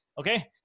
Okay